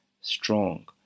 strong